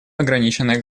ограниченное